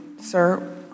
Sir